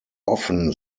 often